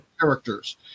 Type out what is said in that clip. characters